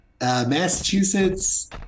Massachusetts